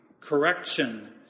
Correction